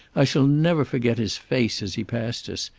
i shall never forget his face as he passed us,